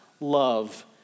love